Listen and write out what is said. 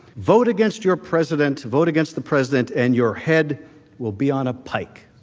vote against your president to vote against the president and your head will be on a pike.